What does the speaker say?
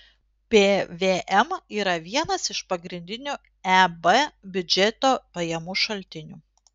pvm yra vienas iš pagrindinių eb biudžeto pajamų šaltinių